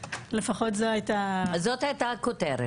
לפחות זאת הייתה הכותרת.